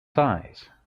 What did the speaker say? size